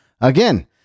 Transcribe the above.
again